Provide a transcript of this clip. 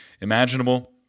imaginable